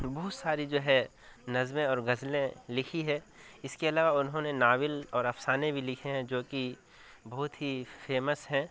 بہت ساری جو ہے نظمیں اور غزلیں لکھی ہے اس کے علاوہ انہوں نے ناول اور افسانے بھی لکھے ہیں جو کہ بہت ہی فیمس ہے